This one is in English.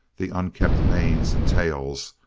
the unkempt manes and tails,